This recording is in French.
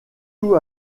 tout